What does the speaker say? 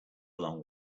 along